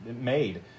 made